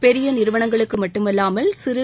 பெரிய நிறுவனங்களுக்கு மட்டுமல்லாமல் சிறு